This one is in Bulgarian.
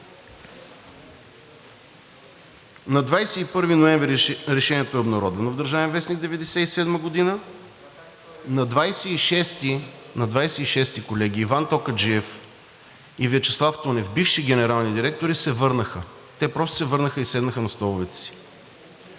На 21 ноември 1997 г. Решението е обнародвано в „Държавен вестник“. На 26-и, колеги, Иван Токаджиев и Вячеслав Тунев – бивши генерални директори, се върнаха. Те просто се върнаха и седнаха на столовете си.